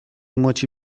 مچی